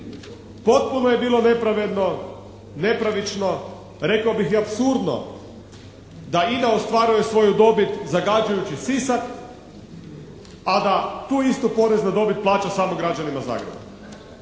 Potpuno je bilo nepravedno, nepravično, rekao bih i apsurdno da INA ostvaruje svoju dobit zagađujući Sisak, a da tu istu porez na dobit plaća samo građanima Zagreba.